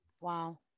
Wow